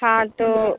हाँ तो